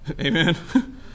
Amen